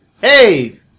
Hey